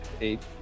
eight